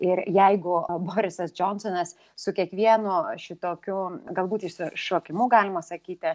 ir jeigu borisas džonsonas su kiekvienu šitokiu galbūt išsišokimu galima sakyti